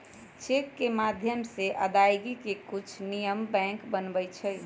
cheque के माध्यम से अदायगी के कुछ नियम बैंक बनबई छई